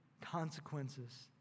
consequences